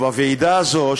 בוועידה הזו,